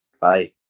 bye